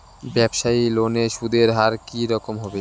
ব্যবসায়ী লোনে সুদের হার কি রকম হবে?